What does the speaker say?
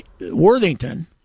Worthington